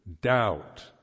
doubt